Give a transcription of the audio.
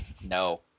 No